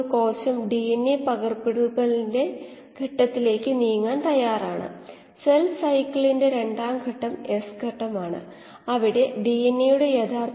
ഇപ്പോൾ മൂന്നാമത്തെ ലക്ഷ്യം നിങ്ങൾ ഓർക്കുന്നുവെങ്കിൽ നമ്മൾ കീമോസ്റ്റാറ്റിന്റെ സെൽ പ്രൊഡക്റ്റിവിറ്റി ഒരു ബാച്ച് ബയോറിയാക്ടറുമായി താരതമ്യം ചെയ്യാൻ പോവുകയായിരുന്നു